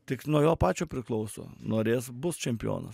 tik nuo jo pačio priklauso norės bus čempionas